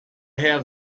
have